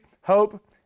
hope